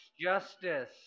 Justice